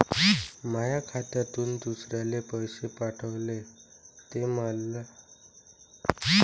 माया खात्यातून दुसऱ्याले पैसे पाठवले, ते त्याले भेटले का नाय हे मले कस समजन?